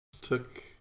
took